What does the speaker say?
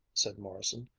said morrison,